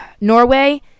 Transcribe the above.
Norway